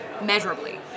measurably